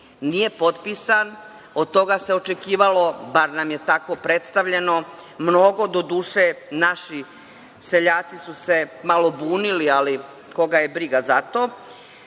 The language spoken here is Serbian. Nije potpisan. Od toga se očekivalo, bar nam je tako predstavljeno, mnogo. Doduše, naši seljaci su se malo bunili, ali koga je briga za to.